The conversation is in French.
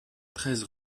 treize